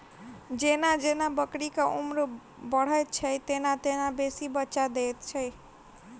जेना जेना बकरीक उम्र बढ़ैत छै, तेना तेना बेसी बच्चा दैत छै